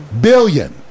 Billion